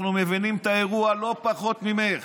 אנחנו מבינים את האירוע לא פחות ממך.